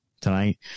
tonight